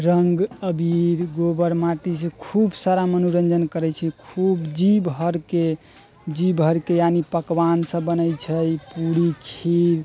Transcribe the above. रङ्ग अबीर गोबर माटीसँ खूब सारा मनोरञ्जन करै छियै खूब जी भरिके जी भरिके यानि पकवान सब बनै छै पूरी खीर